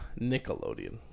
Nickelodeon